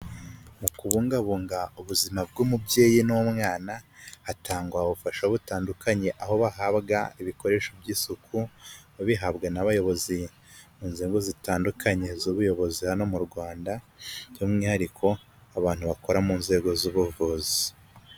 Mu kubungabunga ubuzima bw'umubyeyi n'umwana hatangwa ubufasha butandukanye aho bahabwa ibikoresho by'isuku babihabwe n'abayobozi mu nzego zitandukanye z'ubuyobozi hano mu rwanda by'umwihariko abantu bakora mu nzego z'ubuvuzi.